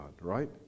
right